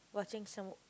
watching some